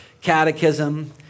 catechism